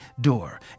door